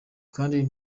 kandi